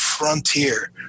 frontier